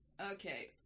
Okay